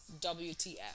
WTF